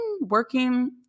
working